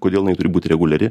kodėl jinai turi būt reguliari